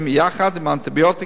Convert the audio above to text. יחד עם האנטיביוטיקה,